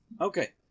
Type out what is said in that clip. Okay